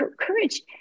Courage